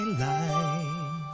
life